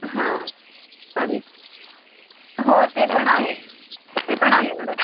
हां आणि हो ते पण आहे ते पण आहे मॅडम